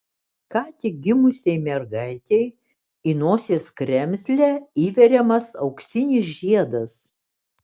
ką tik gimusiai mergaitei į nosies kremzlę įveriamas auksinis žiedas